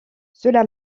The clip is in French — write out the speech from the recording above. cela